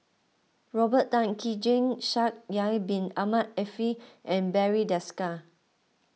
Robert Tan Keng Jee Shaikh Yahya Bin Ahmed Afifi and Barry Desker